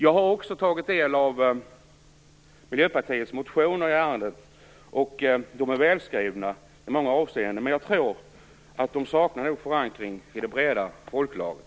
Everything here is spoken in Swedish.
Jag har också tagit del av Miljöpartiets motioner i ärendet, och de är välskrivna i många avseenden. Men jag tror att de nog saknar förankring i det breda folklagret.